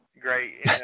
great